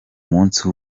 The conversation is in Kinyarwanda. munsi